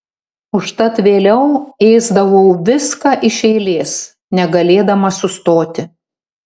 užtat vėliau ėsdavau viską iš eilės negalėdama sustoti